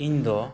ᱤᱧ ᱫᱚ